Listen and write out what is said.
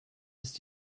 ist